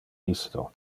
isto